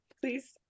please